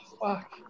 fuck